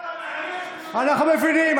אנחנו מבינים.